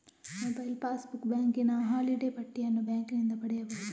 mobile passbook, ಬ್ಯಾಂಕಿನ holiday ಪಟ್ಟಿಯನ್ನು ಬ್ಯಾಂಕಿನಿಂದ ಪಡೆಯಬಹುದು